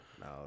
No